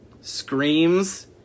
Screams